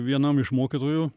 vienam iš mokytojų